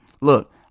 Look